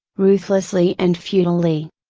ruthlessly and futilely.